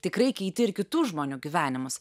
tikrai keiti ir kitų žmonių gyvenimus